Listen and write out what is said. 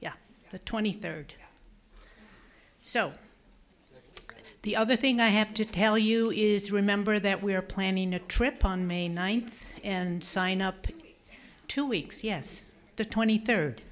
third the twenty third so the other thing i have to tell you is remember that we are planning a trip on may ninth and sign up two weeks yes the twenty third